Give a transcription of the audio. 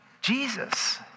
Jesus